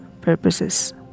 purposes